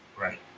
Right